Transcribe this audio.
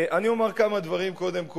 אני אומר כמה דברים, קודם כול,